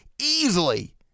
easily